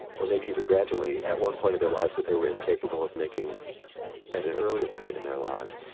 or maybe even gradually, at one point in their lives, that they were incapable of making at an earlier point in their lives?